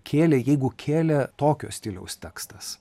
kėlė jeigu kėlė tokio stiliaus tekstas